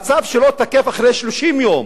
והצו שלו תקף אחרי 30 יום,